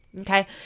okay